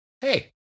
hey